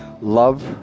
love